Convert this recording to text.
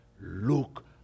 Look